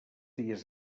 dies